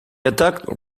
attacked